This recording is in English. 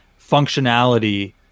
functionality